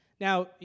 now